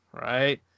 right